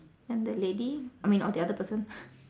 then the lady I mean or the other person